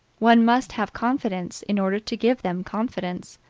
one must have confidence, in order to give them confidence.